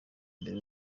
mbere